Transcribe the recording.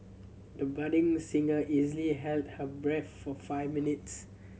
the budding singer easily held her breath for five minutes